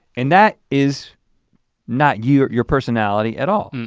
and that is not your your personality at all.